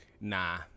Nah